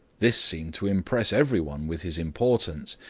this seemed to impress every one with his importance,